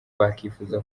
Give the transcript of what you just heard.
bakifuza